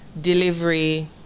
delivery